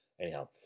Anyhow